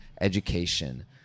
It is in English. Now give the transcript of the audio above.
education